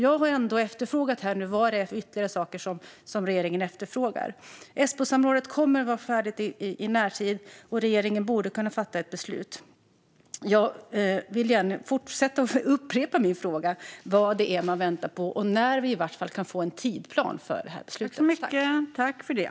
Jag har frågat vilka ytterligare saker regeringen efterfrågar. Esbosamrådet kommer att vara färdigt i närtid, och regeringen borde kunna fatta ett beslut. Jag upprepar återigen min fråga vad det är man väntar på och när vi åtminstone kan få en tidsplan för beslutet.